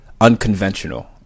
unconventional